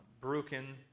broken